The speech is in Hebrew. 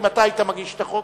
אם אתה היית מגיש את החוק,